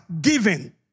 giving